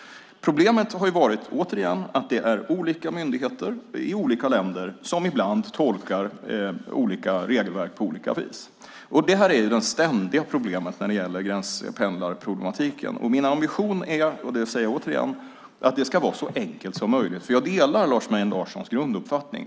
Problemet har varit, återigen, att det är olika myndigheter i olika länder som ibland tolkar regelverk på olika vis. Det här är det ständiga problemet när det gäller gränspendling. Min ambition är, och det säger jag återigen, att det ska vara så enkelt som möjligt. Jag delar Lars Mejern Larssons grunduppfattning.